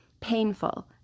painful